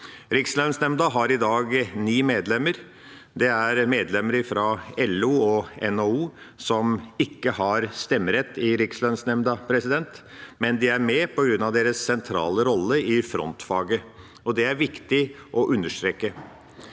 Rikslønnsnemnda har i dag ni medlemmer. Det er medlemmer fra LO og NHO, som ikke har stemmerett i Rikslønnsnemnda, men de er med på grunn av sin sentrale rolle i frontfaget. Det er viktig å understreke.